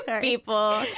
people